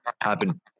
happen